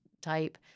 type